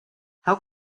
how